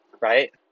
right